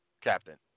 Captain